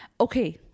okay